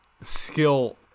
skill